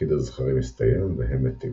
תפקיד הזכרים הסתיים, והם מתים.